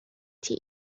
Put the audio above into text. tea